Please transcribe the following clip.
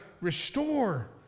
restore